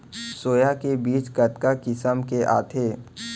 Soya के बीज कतका किसम के आथे?